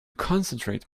concentrate